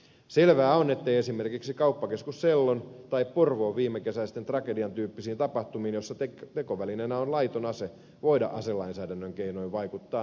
selvää on ettei esimerkiksi kauppakeskus sellon tai viimekesäisen porvoon tragedian tyyppisiin tapahtumiin joissa tekovälineenä on laiton ase voida aselainsäädännön keinoin vaikuttaa nimeksikään